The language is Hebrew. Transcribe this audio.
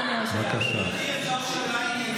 אדוני, אפשר שאלה עניינית?